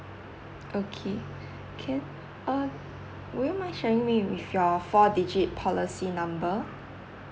okay can orh would you mind sharing me with your four digit policy number